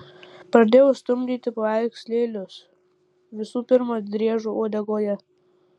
pradėjau stumdyti paveikslėlius visų pirma driežo uodegoje